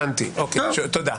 תודה.